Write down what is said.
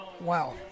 Wow